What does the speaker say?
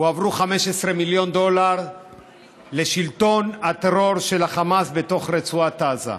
הועברו 15 מיליון דולר לשלטון הטרור של החמאס בתוך רצועת עזה.